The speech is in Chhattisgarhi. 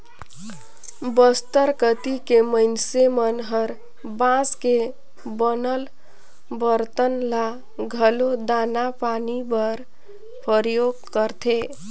बस्तर कति के मइनसे मन हर बांस के बनल बरतन ल घलो दाना पानी बर परियोग करथे